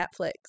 Netflix